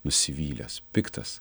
nusivylęs piktas